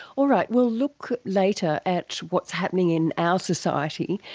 all right, we'll look later at what's happening in our society.